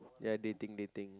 ya dating dating